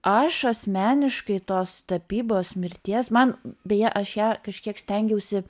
aš asmeniškai tos tapybos mirties man beje aš ją kažkiek stengiausi